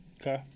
okay